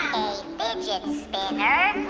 a fidget spinner